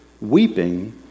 weeping